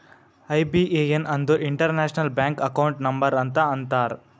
IBAN ಅಂದುರ್ international bank account number ಅಂತ ಅಂತಾರ್